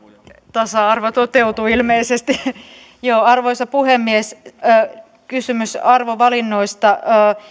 tasa arvo toteutui ilmeisesti arvoisa puhemies kysymys arvovalinnoista